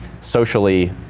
socially